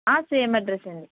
same address అండి